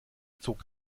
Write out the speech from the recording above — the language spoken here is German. zog